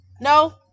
No